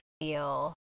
feel